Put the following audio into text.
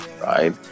right